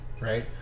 right